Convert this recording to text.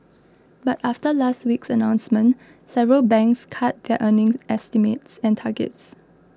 but after last week's announcement several banks cut their earnings estimates and targets